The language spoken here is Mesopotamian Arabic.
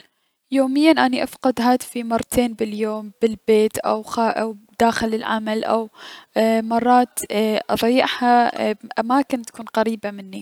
يوميا اني افقد موبايلي مرتين باليوم بالبيت او خا- داخل العمل اواي مرات اضيعها اي ااباماكن تكون قريبة مني.